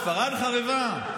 ספרד חרבה?